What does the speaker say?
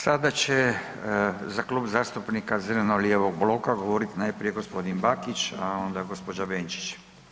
Sada će za Klub zastupnika zeleno-lijevog bloka govorit najprije g. Bakić, a onda gđa. Benčić.